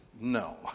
no